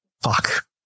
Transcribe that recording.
fuck